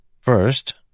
First